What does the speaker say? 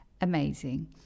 Amazing